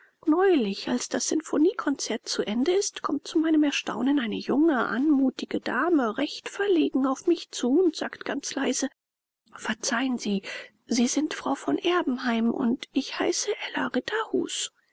neulich als das sinfoniekonzert zu ende ist kommt zu meinem erstaunen eine junge anmutige dame recht verlegen auf mich zu und sagt ganz leise verzeihen sie sie sind frau von erbenheim und ich heiße ella ritterhus